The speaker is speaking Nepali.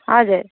हजुर